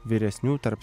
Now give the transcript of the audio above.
vyresnių tarp